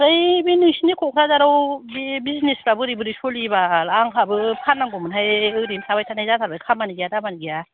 ऐ बे नोंसिनि कक्राझाराव बे बिजिनेसफ्रा बोरै बोरै सोलियो बाल आंहाबो फाननांगौमोन हाय ओरैनो थाबाय थानाय जाथारबाय खामानि गैया दामानि गैया